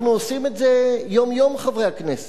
אנחנו עושים את זה יום-יום, חברי הכנסת.